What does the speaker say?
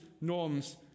norms